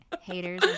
Haters